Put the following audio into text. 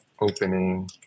opening